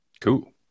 Cool